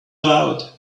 out